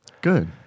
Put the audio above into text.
Good